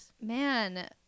Man